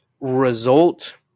Result